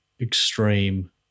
extreme